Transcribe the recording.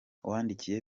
wandikiye